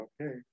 okay